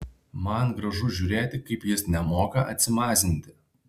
man gražu žiūrėti kaip jis nemoka atsimazinti